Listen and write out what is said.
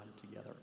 together